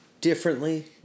Differently